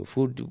Food